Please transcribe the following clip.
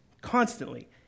constantly